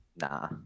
nah